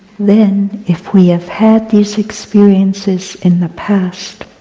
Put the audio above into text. then, if we have had these experiences in the past,